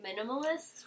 minimalist